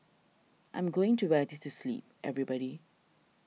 I'm going to wear this to sleep everybody